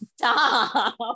Stop